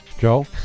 Joe